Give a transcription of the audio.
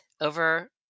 over